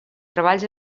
treballs